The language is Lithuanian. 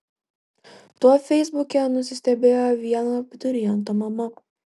tuo feisbuke nusistebėjo vieno abituriento mama